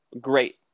great